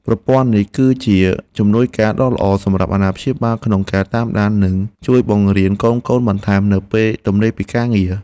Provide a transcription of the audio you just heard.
ប្រព័ន្ធនេះគឺជាជំនួយការដ៏ល្អសម្រាប់អាណាព្យាបាលក្នុងការតាមដាន និងជួយបង្រៀនកូនៗបន្ថែមនៅពេលទំនេរពីការងារ។